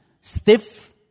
stiff